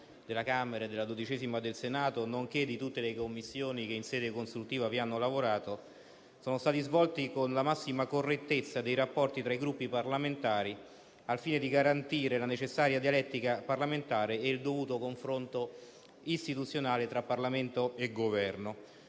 della 12ª Commissione del Senato, nonché di tutte le Commissioni che in sede consultiva hanno dato il loro contributo, sono stati svolti con la massima correttezza nei rapporti tra i Gruppi parlamentari, al fine di garantire la necessaria dialettica parlamentare e il dovuto confronto istituzionale tra Parlamento e Governo.